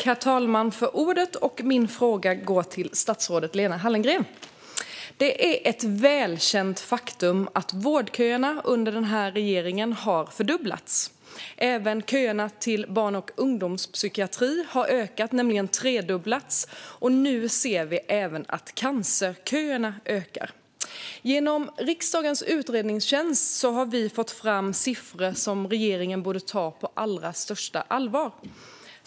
Herr talman! Min fråga går till statsrådet Lena Hallengren. Det är ett välkänt faktum att vårdköerna har fördubblats under den här regeringens tid. Även köerna till barn och ungdomspsykiatrin har ökat. De har tredubblats. Och nu ser vi att även cancerköerna ökar. Genom riksdagens utredningstjänst har vi fått fram siffror som regeringen borde ta på största allvar.